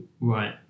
Right